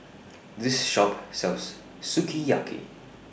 This Shop sells Sukiyaki